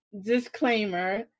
disclaimer